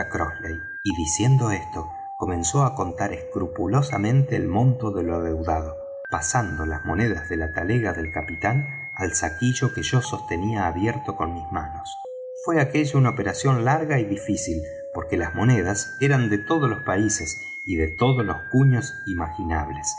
crossley y diciendo esto comenzó á contar escrupulosamente el monto de lo adeudado pasando las monedas de la talega del capitán al saquillo que yo sostenía abierto con mis manos fué aquella una operación larga y difícil porque las monedas eran de todos los países y de todos los cuños imaginables